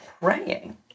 praying